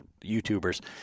YouTubers